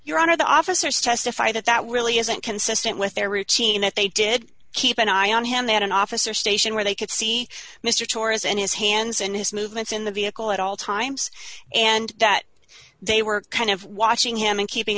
your honor the officers testify that that really isn't consistent with their routine that they did keep an eye on him they had an officer station where they could see mister torres and his hands and his movements in the vehicle at all times and that they were kind of watching him and keeping